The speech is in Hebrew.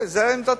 זו עמדתי.